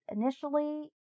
initially